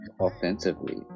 offensively